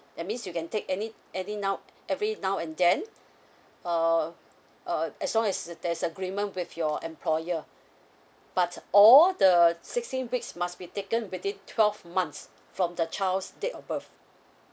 that means you can take any any now every now and then uh uh as long as there's agreement with your employer but all the sixteen weeks must be taken within twelve months from the child's date of birth